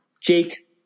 Jake